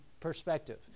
perspective